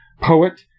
poet